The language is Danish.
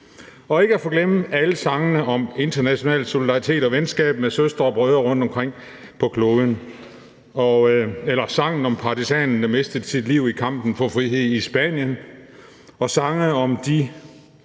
Ikke at forglemme alle sangene om international solidaritet og venskab med søstre og brødre rundtomkring på kloden, eller sangen om partisanen, der mistede livet i kampen for frihed i Spanien, og sangene om dem,